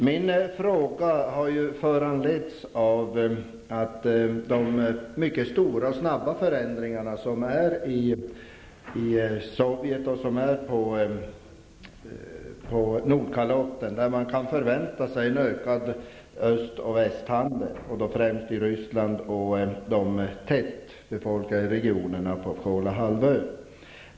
Min fråga har föranletts av de mycket stora och snabba förändringarna i Sovjet och på Nordkalotten, där en ökad öst--väst-handel kan förväntas, främst i Ryssland och de tätbefolkade regionerna på Kolahalvön.